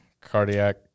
Cardiac